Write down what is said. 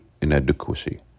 inadequacy